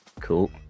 Cool